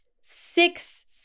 six